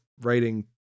writing